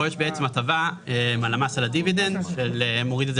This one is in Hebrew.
כאן יש הטבה על המס של הדיבידנד שמוריד את זה